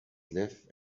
live